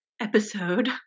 Episode